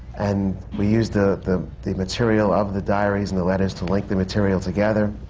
and we used ah the the material of the diaries and the letters to link the material together.